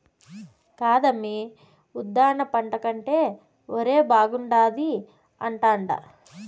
కాదమ్మీ ఉద్దాన పంట కంటే ఒరే బాగుండాది అంటాండా